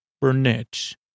Burnett